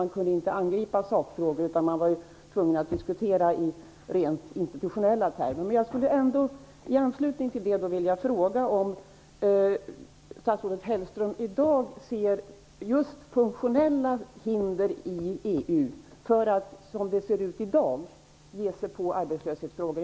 Man kunde inte angripa sakfrågor, utan man var tvungen att diskutera i rent institutionella termer. Hellström i dag ser funktionella hinder i EU för att ge sig på arbetslöshetsfrågor.